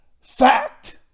Fact